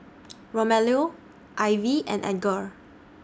Romello Ivie and Edgar